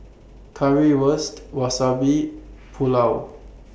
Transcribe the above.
Currywurst Wasabi Pulao